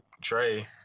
Trey